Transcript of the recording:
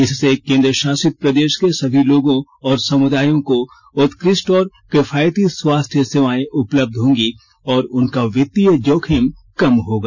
इससे केन्द्रशासित प्रदेश के सभी लोगों और समुदायों को उत्कृष्ट और किफायती स्वास्थ्य सेवाएं उपलब्ध होंगी और उनका वित्तीय जोखिम कम होगा